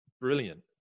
brilliant